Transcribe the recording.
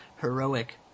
heroic